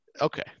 Okay